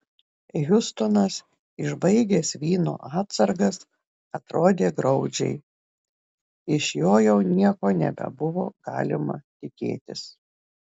hiustonas išbaigęs vyno atsargas atrodė graudžiai iš jo jau nieko nebebuvo galima tikėtis